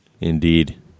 Indeed